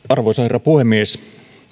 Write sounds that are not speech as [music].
[unintelligible] arvoisa herra puhemies